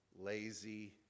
lazy